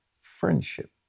friendship